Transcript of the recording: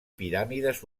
piràmides